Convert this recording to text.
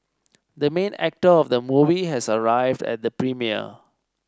the main actor of the movie has arrived at the premiere